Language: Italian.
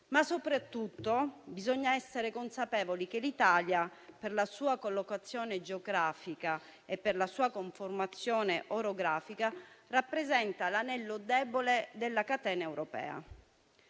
soprattutto consapevoli che l'Italia, per la sua collocazione geografica e la sua conformazione orografica, rappresenta l'anello debole della catena europea.